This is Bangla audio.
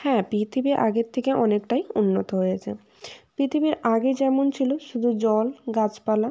হ্যাঁ পৃথিবী আগের থেকে অনেকটাই উন্নত হয়েছে পৃথিবীর আগে যেমন ছিলো শুধু জল গাছপালা